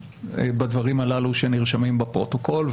בדברים הללו שנרשמים בפרוטוקול,